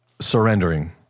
surrendering